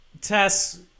Tess